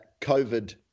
COVID